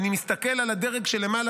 אני מסתכל על הדרג שלמעלה,